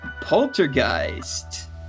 Poltergeist